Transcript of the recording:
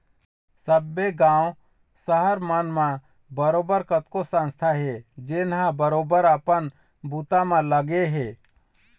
सब्बे गाँव, सहर मन म बरोबर कतको संस्था हे जेनहा बरोबर अपन बूता म लगे हे